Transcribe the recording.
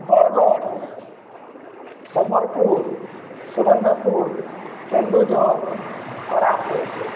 Bargarh Sambalpur Subarnapur Keonjhar Koraput